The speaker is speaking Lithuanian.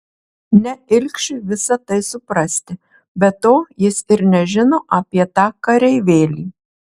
ne ilgšiui visa tai suprasti be to jis ir nežino apie tą kareivėlį